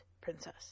Princess